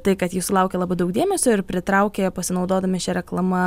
tai kad ji sulaukė labai daug dėmesio ir pritraukė pasinaudodami šia reklama